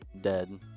dead